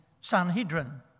Sanhedrin